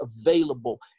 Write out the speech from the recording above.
available